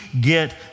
get